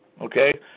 Okay